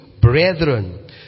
brethren